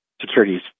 securities